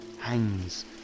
hangs